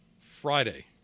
Friday